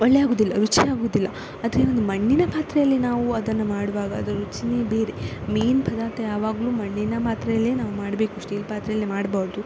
ಒಳ್ಳೆಯಾಗುವುದಿಲ್ಲ ರುಚಿಯಾಗುವುದಿಲ್ಲ ಆದರೆ ಒಂದು ಮಣ್ಣಿನ ಪಾತ್ರೆಯಲ್ಲಿ ನಾವು ಅದನ್ನು ಮಾಡುವಾಗ ಅದರ ರುಚಿಯೇ ಬೇರೆ ಮೀನು ಪದಾರ್ಥ ಯಾವಾಗಲೂ ಮಣ್ಣಿನ ಪಾತ್ರೆಯಲ್ಲೇ ನಾವು ಮಾಡಬೇಕು ಸ್ಟೀಲ್ ಪಾತ್ರೆಯಲ್ಲಿ ಮಾಡಬಾರ್ದು